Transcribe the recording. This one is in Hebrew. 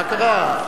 מה קרה?